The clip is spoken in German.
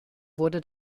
wurde